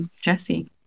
jesse